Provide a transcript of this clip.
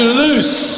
loose